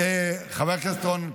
התשפ"ד 2023, עברה בקריאה טרומית